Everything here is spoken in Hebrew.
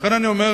ולכן אני אומר,